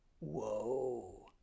Whoa